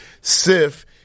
Sif